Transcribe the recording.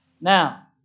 Now